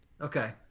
Okay